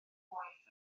gwaith